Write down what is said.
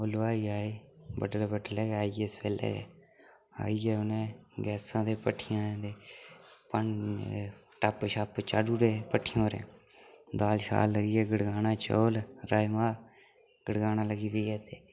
ओह् हलवाई आए बड्डलै बड्डलै गै आई गे सवेल्ला गै आइयै उनें गैसां ते भट्ठियां ते पन टप्प शप्प चाढ़ी ओड़े भट्ठियै पर दाल शाल लग्गी गे गड़कान चौल राजमां गड़काने लगी पे ते